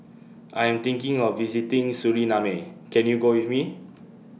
I Am thinking of visiting Suriname Can YOU Go with Me